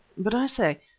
but i say,